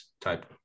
type